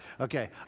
Okay